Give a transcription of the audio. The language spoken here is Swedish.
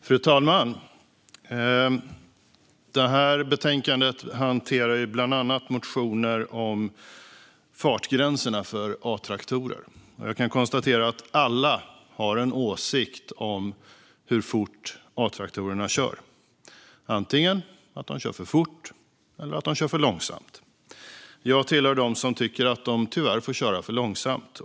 Fru talman! I det här betänkandet hanteras bland annat motioner om fartgränserna för A-traktorer. Jag kan konstatera att alla har en åsikt om hur fort A-traktorerna kör. De kör antingen för fort eller för långsamt. Jag tillhör dem som tycker att de tyvärr får köra för långsamt.